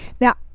Now